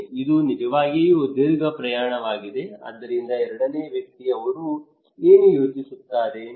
ಇದು ನಿಜವಾಗಿಯೂ ದೀರ್ಘ ಪ್ರಯಾಣವಾಗಿದೆ ಆದ್ದರಿಂದ ಎರಡನೇ ವ್ಯಕ್ತಿ ಅವರು ಏನು ಯೋಚಿಸುತ್ತಾರೆ